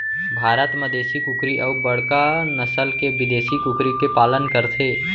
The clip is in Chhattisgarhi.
भारत म देसी कुकरी अउ बड़का नसल के बिदेसी कुकरी के पालन करथे